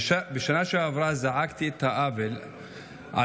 בשנה שעברה זעקתי על העוול,